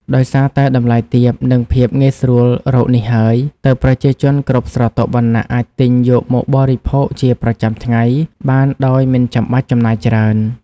ដោយសារតែតម្លៃទាប និងភាពងាយស្រួលរកនេះហើយ ទើបប្រជាជនគ្រប់ស្រទាប់វណ្ណៈអាចទិញយកមកបរិភោគជាប្រចាំថ្ងៃបានដោយមិនចាំបាច់ចំណាយច្រើន។